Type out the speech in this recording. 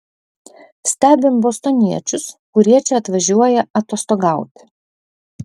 stebim bostoniečius kurie čia atvažiuoja atostogauti